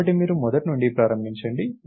కాబట్టి మీరు మొదటి నుండి ప్రారంభించండి